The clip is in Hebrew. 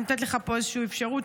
אני נותנת לך פה איזושהי אפשרות,